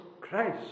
Christ